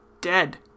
dead